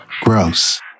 Gross